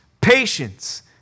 patience